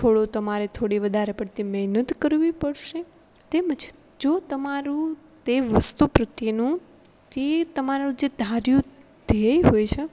થોડો તમારે થોડી વધારે પડતી મહેનત કરવી પડશે તેમજ જો તમારું તે વસ્તુ પ્રત્યેનું જે તમારું જે ધાર્યું ધ્યેય હોય છે